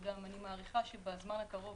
ואני מעריכה שבזמן הקרוב